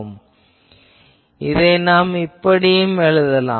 இப்போது இதை நாம் இப்படியும் எழுதலாம்